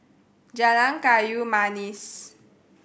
Jalan Kayu Manis